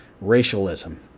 racialism